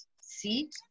seat